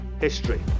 history